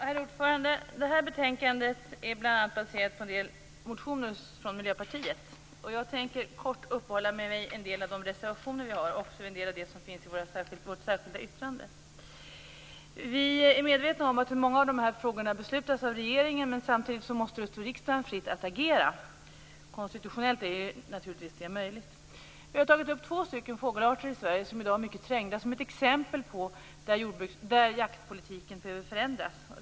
Herr talman! Det här betänkandet baseras bl.a. på en del motioner från Miljöpartiet. Jag tänker kort uppehålla mig vid en del av de reservationer vi har och också en del av det som står i vårt särskilda yttrande. Vi är medvetna om att många av dessa frågor beslutas av regeringen, men samtidigt måste det stå riksdagen fritt att agera. Konstitutionellt är det naturligtvis möjligt. Vi har tagit upp två fågelarter som är mycket trängda i dag som exempel på områden där jaktpolitiken behöver förändras.